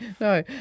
No